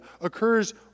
occurs